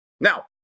Now